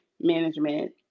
management